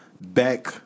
back